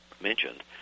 mentioned